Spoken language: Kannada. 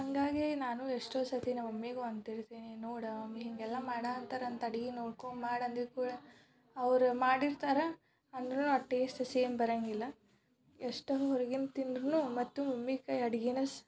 ಹಾಗಾಗಿ ನಾನೂ ಎಷ್ಟೋ ಸರ್ತಿ ನಮ್ಮ ಮಮ್ಮಿಗೂ ಅಂತಿರ್ತೀನಿ ನೋಡು ಮಮ್ಮಿ ಹೀಗೆಲ್ಲ ಮಾಡಾಂತರಂತ ಅಡಿಗೆ ನೋಡ್ಕೊಂಡು ಮಾಡು ಅಂದಿದ್ದ ಕೂಡಲೇ ಅವರು ಮಾಡಿರ್ತಾರೆ ಅಂದ್ರೂ ಆ ಟೇಸ್ಟ್ ಸೇಮ್ ಬರೊಂಗಿಲ್ಲ ಎಷ್ಟು ಹೊರಗಿನ ತಿಂದ್ರೂ ಮತ್ತು ಮಮ್ಮಿ ಕೈ ಅಡಿಗೆನೇ ಸ್